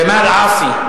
ג'מאל עאסי,